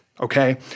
Okay